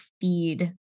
feed